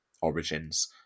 origins